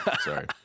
Sorry